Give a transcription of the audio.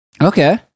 Okay